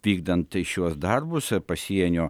vykdant šiuos darbus pasienio